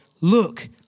look